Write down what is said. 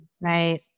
Right